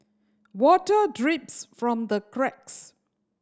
water drips from the cracks